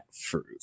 fruit